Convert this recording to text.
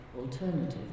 alternative